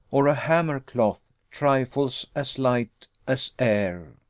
or a hammercloth, trifles as light as air'